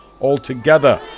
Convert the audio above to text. altogether